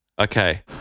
okay